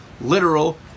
literal